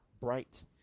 bright